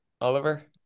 Oliver